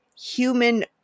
human